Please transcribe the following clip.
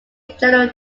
general